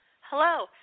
Hello